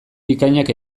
bikainak